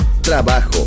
trabajo